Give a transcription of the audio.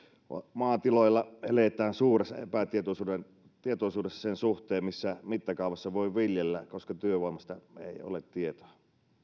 maatiloilla eletään suuressa epätietoisuudessa epätietoisuudessa sen suhteen missä mittakaavassa voi viljellä koska työvoimasta ei ole tietoa